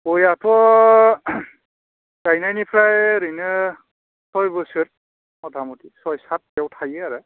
गायाथ' गायनायनिफ्राय ओरैनो सय बोसोर मथा मथि सय साट बेयाव थायो आरो